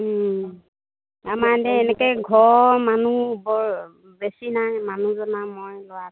আমাৰ এতিয়া এনেকৈ ঘৰৰ মানুহ বৰ বেছি নাই মানুহজন আৰু মই ল'ৰাটো